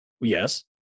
yes